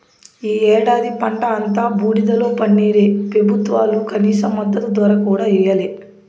ఈ ఏడాది పంట అంతా బూడిదలో పన్నీరే పెబుత్వాలు కనీస మద్దతు ధర కూడా ఇయ్యలే